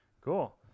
cool